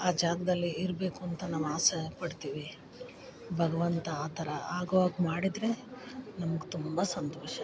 ಆ ಜಾಗದಲ್ಲಿ ಇರಬೇಕು ಅಂತ ನಾವು ಆಸೆ ಪಡ್ತೀವಿ ಭಗ್ವಂತ ಆ ಥರ ಆಗೋ ಹಾಗೆ ಮಾಡಿದರೆ ನಮ್ಗೆ ತುಂಬ ಸಂತೋಷ